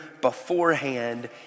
beforehand